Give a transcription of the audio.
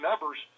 numbers